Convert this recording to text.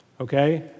okay